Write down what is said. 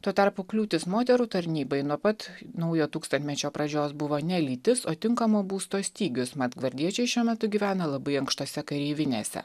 tuo tarpu kliūtis moterų tarnybai nuo pat naujo tūkstantmečio pradžios buvo ne lytis o tinkamo būsto stygius mat gvardiečiai šiuo metu gyvena labai ankštose kareivinėse